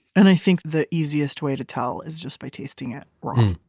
and i think the easiest way to tell is just by tasting it raw.